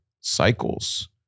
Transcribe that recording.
cycles